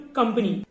company